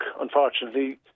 unfortunately